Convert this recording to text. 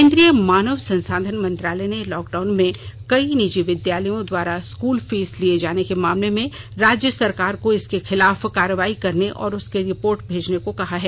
केंद्रीय मानव संसाधन मंत्रालय ने लॉकडाउन में कई निजी विद्यालयों द्वारा स्कूल फीस लिए जाने के मामले में राज्य सरकार को इनके खिलाफ कार्रवाई करने और उसकी रिपोर्ट भेजने को कहा है